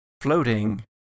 floating